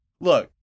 look